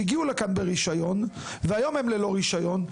שהגיעו לכאן ברישיון והיום הם ללא רישיון,